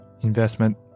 investment